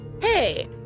Hey